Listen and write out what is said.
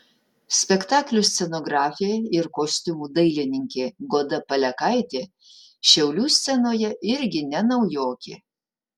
spektaklio scenografė ir kostiumų dailininkė goda palekaitė šiaulių scenoje irgi ne naujokė